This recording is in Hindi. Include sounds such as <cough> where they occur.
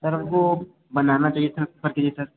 सर हम वो बनाना चाहिए था <unintelligible>